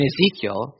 Ezekiel